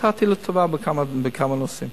הופתעתי לטובה בכמה נושאים